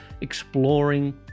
exploring